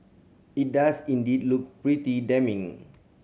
it does indeed look pretty damning